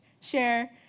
share